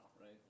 right